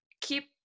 keep